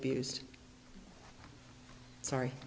abused sorry